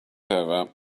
over